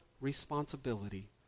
responsibility